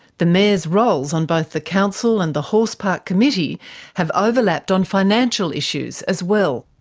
the mayor's roles on both the council and the horse park committee have overlapped on financial issues as well.